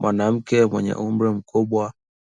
Mwanamke mwenye umri mkubwa